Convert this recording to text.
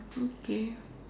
okay